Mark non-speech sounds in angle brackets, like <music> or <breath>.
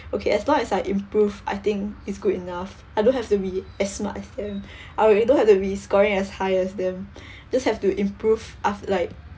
okay as long as I improved I think it's good enough I don't have to be as smart as them <breath> I r~ don't have to be scoring as high as them <breath> just have to improve af~ like